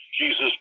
Jesus